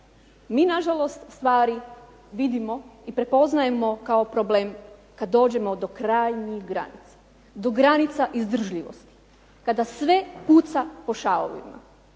Mi nažalost stvari vidimo i prepoznajemo kao problem kad dođemo do krajnjih granica, do granica izdržljivosti, kada sve puca po šavovima.